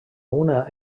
una